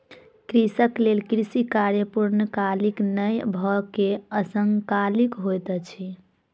कृषक लेल कृषि कार्य पूर्णकालीक नै भअ के अंशकालिक होइत अछि